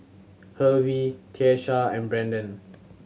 Hervey Tiesha and Brendan